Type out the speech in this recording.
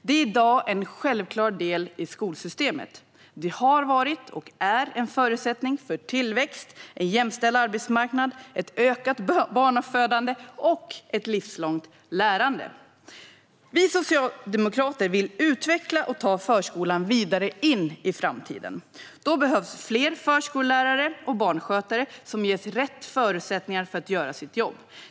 Den är i dag en självklar del av skolsystemet. Den har varit och är en förutsättning för tillväxt, en jämställd arbetsmarknad, ett ökat barnafödande och ett livslångt lärande. Vi socialdemokrater vill utveckla och ta förskolan vidare in i framtiden. Då behövs fler förskollärare och barnskötare som ges rätt förutsättningar att göra sitt jobb.